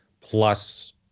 plus